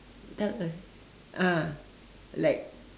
tell a ah like